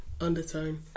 undertone